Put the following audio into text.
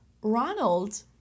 Ronald